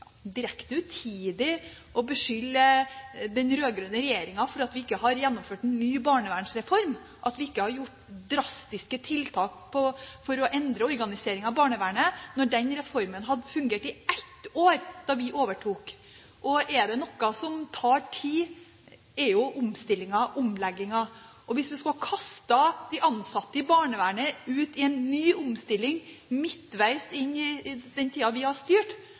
direkte utidig å beskylde den rød-grønne regjeringen for at vi ikke har gjennomført en ny barnevernsreform, at vi ikke har gjort drastiske tiltak for å endre organiseringen av barnevernet – når den reformen hadde fungert i ett år da vi overtok. Er det noe som tar tid, er det jo omstillinger og omlegginger. Hvis vi skulle ha kastet de ansatte i barnevernet ut i en ny omstilling midtveis inn i den tiden vi har styrt,